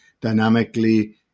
dynamically